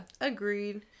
Agreed